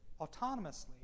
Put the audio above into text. autonomously